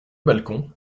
balcon